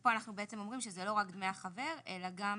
ופה אנחנו אומרים שזה לא רק דמי החבר אלא גם